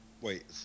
Wait